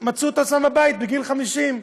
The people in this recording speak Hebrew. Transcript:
מצאו את עצמם בבית בגיל 50,